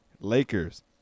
Lakers